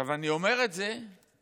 אני אומר את זה כי